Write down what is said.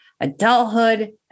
adulthood